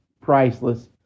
priceless